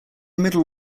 middle